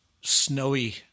snowy